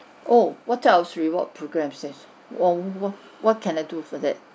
oh what is reward programme is wha~ wha~ what can I do for that